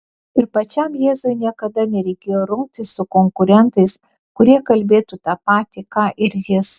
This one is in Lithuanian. ir pačiam jėzui niekada nereikėjo rungtis su konkurentais kurie kalbėtų tą patį ką ir jis